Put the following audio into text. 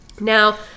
Now